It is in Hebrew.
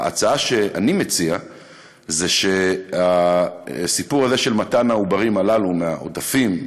ההצעה שאני מציע היא שהסיפור הזה של מתן העוברים הללו מהעודפים,